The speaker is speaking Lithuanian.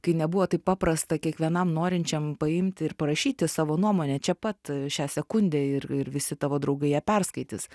kai nebuvo taip paprasta kiekvienam norinčiam paimti ir parašyti savo nuomonę čia pat šią sekundę ir ir visi tavo draugai ją perskaitys